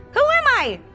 who am i,